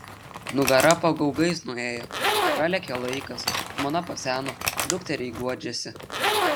nugara pagaugais nuėjo pralėkė laikas žmona paseno dukteriai guodžiasi